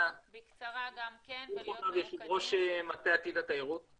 אני יושוב-ראש מטה עתיד התיירות.